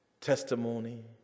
testimony